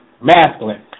masculine